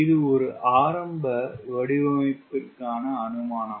இது ஒரு ஆரம்ப வடிமைக்கிற்க்கான அனுமானம்